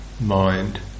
mind